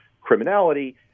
criminality